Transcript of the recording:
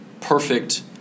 perfect